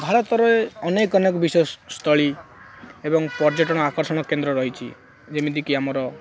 ଭାରତରେ ଅନେକ ଅନେକ ବିଶେଷ ସ୍ଥଳୀ ଏବଂ ପର୍ଯ୍ୟଟନ ଆକର୍ଷଣ କେନ୍ଦ୍ର ରହିଛି ଯେମିତିକି ଆମର